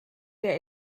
der